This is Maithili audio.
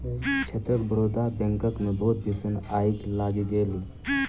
क्षेत्रक बड़ौदा बैंकक मे बहुत भीषण आइग लागि गेल